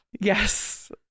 Yes